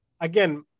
again